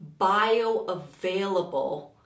bioavailable